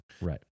Right